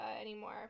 anymore